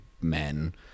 men